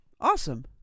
Awesome